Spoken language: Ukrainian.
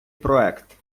проект